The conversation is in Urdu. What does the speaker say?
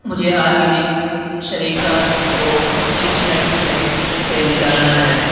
مجھے آرگینک شریفہ کو اپنی اشیاء کی فہرست سے نکالنا ہے